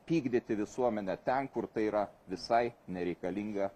pykdyti visuomenę ten kur tai yra visai nereikalinga